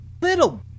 little